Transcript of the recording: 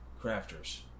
crafters